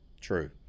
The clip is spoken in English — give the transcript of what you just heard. true